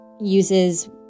uses